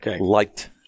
liked